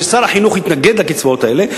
ושר החינוך התנגד לקצבאות האלה,